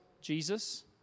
Jesus